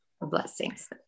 Blessings